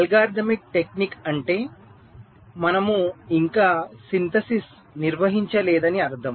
algorithmic technique అంటే మనము ఇంకా సంశ్లేషణను నిర్వహించలేదని అర్థం